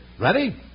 Ready